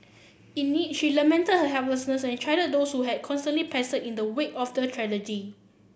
in it she lamented her helplessness and chided those who had constantly pestered her in the wake of the tragedy